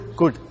good